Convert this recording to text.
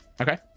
Okay